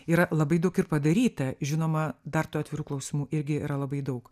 yra labai daug ir padaryta žinoma dar tų atvirų klausimų irgi yra labai daug